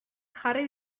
jarri